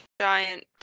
giant